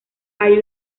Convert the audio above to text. hay